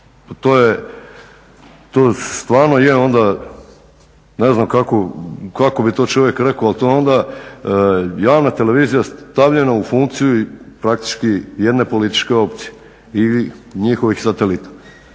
pa to stvarno je onda, ne znam kako bi to čovjek rekao, ali to je onda javna televizija stavljena u funkciju praktički jedne političke opcije ili njihovih satelita.